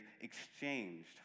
exchanged